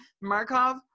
markov